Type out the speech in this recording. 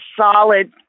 solid